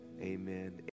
Amen